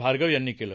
भार्गव यांनी केलं